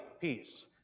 peace